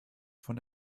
von